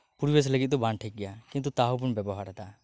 ᱯᱚᱨᱤᱵᱮᱥ ᱞᱟᱹᱜᱤᱫ ᱫᱚ ᱵᱟᱝ ᱴᱷᱤᱠ ᱜᱮᱭᱟ ᱠᱤᱱᱛᱩ ᱛᱟᱦᱚᱵᱚᱱ ᱵᱮᱵᱚᱦᱟᱨ ᱮᱫᱟ